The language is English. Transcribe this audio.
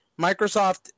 Microsoft